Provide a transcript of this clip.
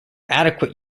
adequate